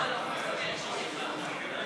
בהתאם לשכר המינימום),